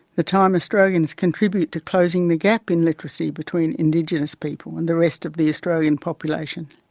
the time australians contribute to closing the gap in literacy between indigenous people and the rest of the australian population.